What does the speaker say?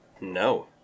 no